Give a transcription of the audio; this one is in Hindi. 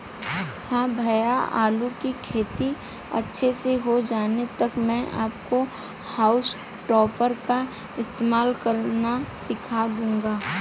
हां भैया आलू की खेती अच्छे से हो जाने तक मैं आपको हाउल टॉपर का इस्तेमाल करना सिखा दूंगा